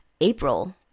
April